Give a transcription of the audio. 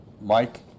Mike